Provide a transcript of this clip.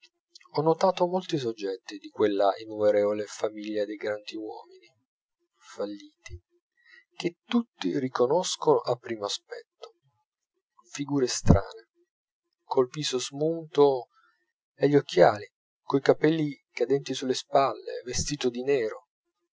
ho notato molti soggetti di quella innumerevole famiglia dei grandi uomini falliti che tutti riconoscono a primo aspetto figure strane col viso smunto e gli occhiali coi capelli cadenti sulle spalle vestiti di nero